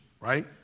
right